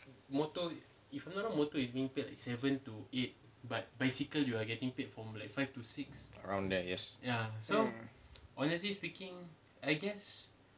around there yes